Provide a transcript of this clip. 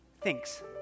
thinks